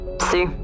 See